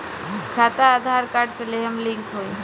खाता आधार कार्ड से लेहम लिंक होई?